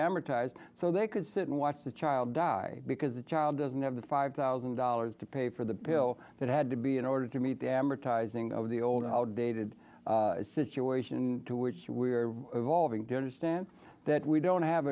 amortized so they could sit and watch the child die because the child doesn't have the five thousand dollars to pay for the pill that had to be in order to meet the advertising of the old outdated situation to which we are evolving do understand that we don't